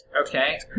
Okay